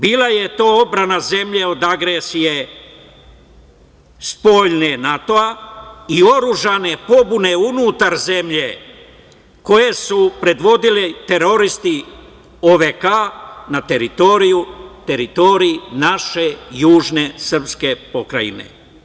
Bila je to odbrana zemlje od agresije spoljne NATO-a i oružane pobune unutar zemlje koje su predvodili teroristi OVK-a na teritoriji naše južne srpske pokrajine.